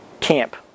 camp